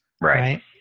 right